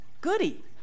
goody